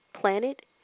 planet